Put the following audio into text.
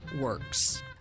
works